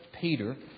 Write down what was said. Peter